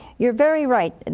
you're very right! and